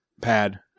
pad